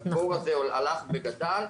הבור הזה הלך וגדל,